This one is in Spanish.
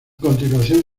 continuación